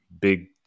big